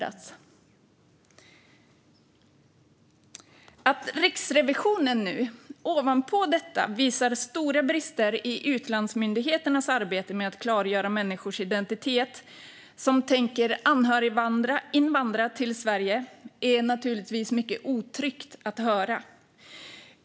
Att Riksrevisionen nu ovanpå detta har visat på stora brister i utlandsmyndigheternas arbete med att klargöra människors identitet, till exempel sådana som tänker anhöriginvandra till Sverige, är naturligtvis mycket otryggt att höra.